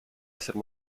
essere